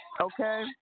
okay